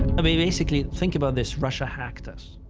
basically, think about this russia hacked us.